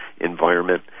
environment